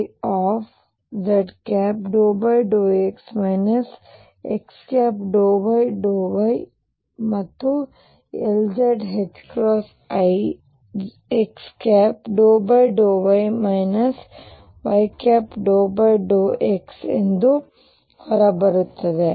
Ly i z∂x x∂y ಮತ್ತು Lz i x∂y y∂x ಎಂದು ಹೊರಬರುತ್ತದೆ